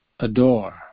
adore